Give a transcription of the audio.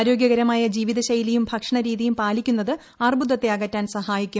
ആരോഗ്യകരമായ ജീവിതശൈലിയും ഭക്ഷണരീതിയും പാലിക്കുന്നത് അർബുദത്തെ അകറ്റാൻ സഹായിക്കും